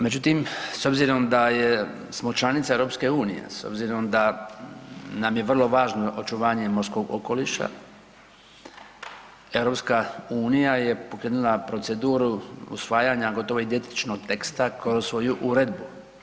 Međutim, s obzirom da smo članica EU, s obzirom da nam je vrlo važno očuvanje morskog okoliša, EU je pokrenula proceduru usvajanja gotovo identičnog teksta kroz svoju uredbu.